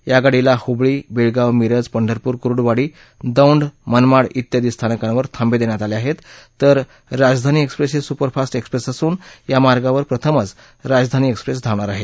या गाडीला हुबळी बेळगाव मिरज पद्धिपूर कुर्डूवाडी दौंड मनमाड इत्यादी स्थानकास्ति थाई दिण्यात आले आहेत तर राजधानी एक्सप्रेस ही सुपरफास्ट एक्सप्रेस असून या मार्गावर प्रथमच राजधानी एक्सप्रेस धावणार आहे